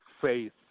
faith